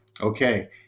okay